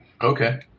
Okay